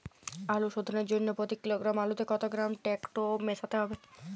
আলু শোধনের জন্য প্রতি কিলোগ্রাম আলুতে কত গ্রাম টেকটো মেশাতে হবে?